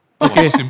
Okay